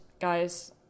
guys